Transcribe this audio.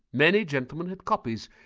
many gentlemen had copies,